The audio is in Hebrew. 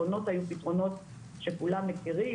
הפתרונות היו פתרונות שכולם מכירים,